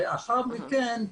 לא לחלק אותם שלאחר מכן,